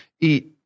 eat